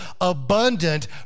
abundant